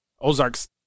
Ozarks